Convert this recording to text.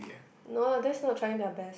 no ah that's not trying their best